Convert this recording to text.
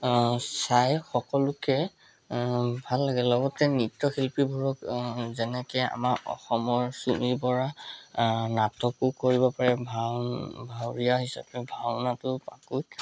চাই সকলোকে ভাল লাগে লগতে নৃত্য শিল্পীবোৰক যেনেকৈ আমাৰ অসমৰ চুমী বৰা নাটকো কৰিব পাৰে ভাল ভাৱৰীয়া হিচাপেও ভাওনাতো পাকৈত